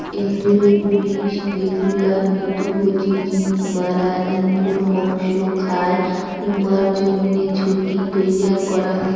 এন্দুরের বিষ যেগুলা মৃতভোজী জীব মরা এন্দুর মসং খায়, উমার জইন্যে ঝুঁকি তৈয়ার করাং